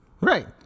Right